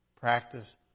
Practice